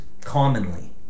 commonly